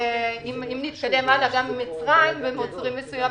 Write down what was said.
ואם נתקדם הלאה נראה שגם ממצריים במוצרים מסוימים,